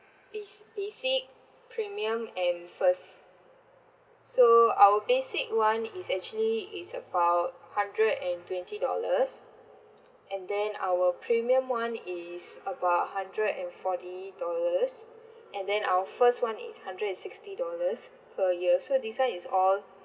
it's basic premium and first so our basic one is actually is about hundred and twenty dollars and then our premium one is about hundred and forty dollars and then our first one is hundred and sixty dollars per year so this one is all